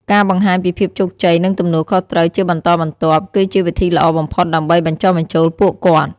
ការបង្ហាញពីភាពជោគជ័យ និងទំនួលខុសត្រូវជាបន្តបន្ទាប់ គឺជាវិធីល្អបំផុតដើម្បីបញ្ចុះបញ្ចូលពួកគាត់។